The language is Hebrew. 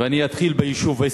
ואני אתחיל ביישוב עוספיא.